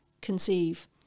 conceive